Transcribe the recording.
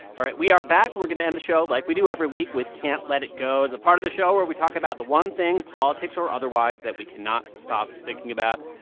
all right. we are back. we're going to end the show like we do every week with can't let it go, the part of the show where we talk about the one thing, politics or otherwise, that we cannot stop thinking about.